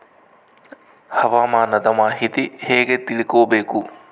ಹವಾಮಾನದ ಮಾಹಿತಿ ಹೇಗೆ ತಿಳಕೊಬೇಕು?